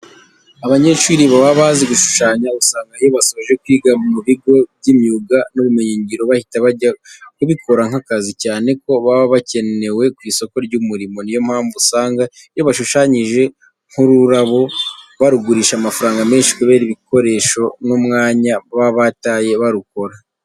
Abanyeshuri baba bazi gushushanya usanga iyo basoje kwiga mu bigo by'imyuga n'ubumenyingiro bahita bajya kubikora nk'akazi cyane ko baba bakenewe ku isoko ry'umurimo. Ni yo mpamvu usanga iyo bashushanyije nk'ururabo barugurisha amafaranga menshi kubera ibikoresho n'umwanya baba bataye barukora.